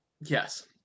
Yes